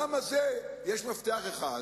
לאולם הזה יש מפתח אחד,